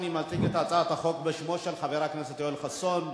אני מציג את הצעת החוק בשמו של חבר הכנסת יואל חסון,